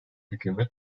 hükümet